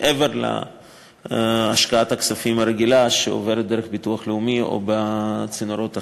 מעבר להשקעת הכספים הרגילה שעוברת דרך הביטוח הלאומי או בצינורות אחרים.